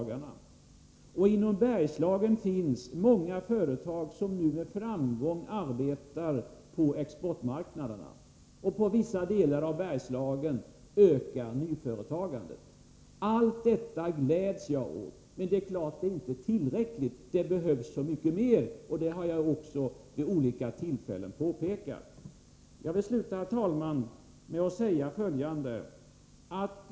Vidare finns det i Bergslagen många företag som nu med framgång arbetar på exportmarknaderna. I vissa delar av Bergslagen ökar även nyföretagandet. Allt detta gläds jag åt. Men självfallet är det inte tillräckligt. Det behövs mycket mera. Det har jag vid olika tillfällen påpekat. Herr talman! Avslutningsvis vill jag säga följande.